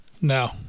No